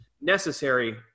necessary